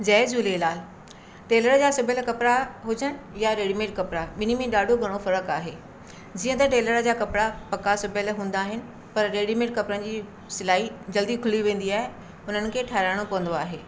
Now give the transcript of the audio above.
जय Jhulelal tailor जा सुभियल कपिड़ा हुजनि या रेडीमेड कपिड़ा ॿिनी में डाढो घणो फ़र्क़ु आहे जीअं त टेलर जा कपिड़ा पका सुभियल हूंदा आहिनि पर रेडीमेड कपिड़नि जी सिलाई जल्दी खुली वेंदी आहे हुननि खे ठाहिराइणो पवंदो आहे